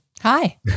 hi